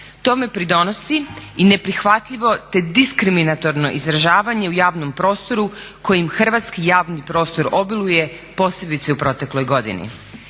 Tome pridonosi i neprihvatljivo te diskriminatorno izražavanje u javnom prostoru kojim hrvatski javni prostor obiluje, posebice u protekloj godini.